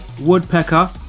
woodpecker